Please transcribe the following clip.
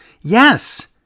Yes